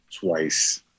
twice